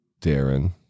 Darren